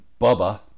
Bubba